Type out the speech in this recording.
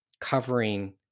covering